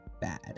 bad